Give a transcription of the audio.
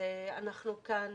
אנחנו כאן